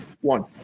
One